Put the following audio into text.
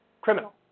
criminal